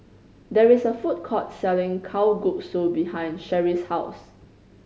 there is a food court selling Kalguksu behind Sherrie's house